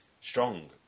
strong